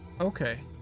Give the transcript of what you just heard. Okay